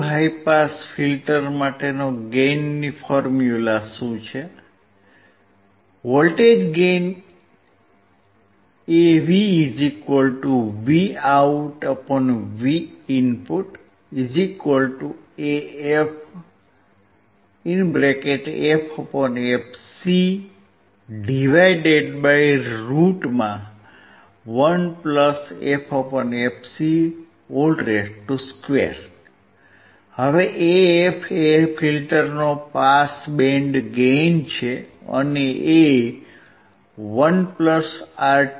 હવે AF એ ફિલ્ટરનો પાસ બેન્ડ ગેઇન છે અને એ 1 R2R1 છે